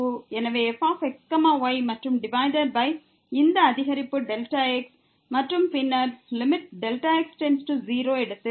எனவே fx y மற்றும் divided by இந்த அதிகரிப்பு Δx மற்றும் பின்னர் x→0 எடுத்து